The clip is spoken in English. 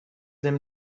them